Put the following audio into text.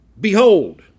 behold